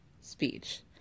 speech